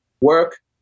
work